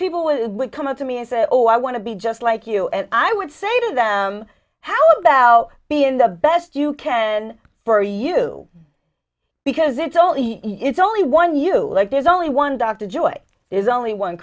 people would come up to me and say oh i want to be just like you and i would say to them how about being the best you can for you because it's only it's only one you like there's only one dr joy is only one